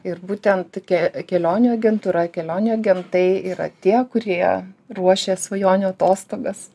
ir būtent tokie kelionių agentūra kelionių agentai yra tie kurie ruošė svajonių atostogas